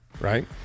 right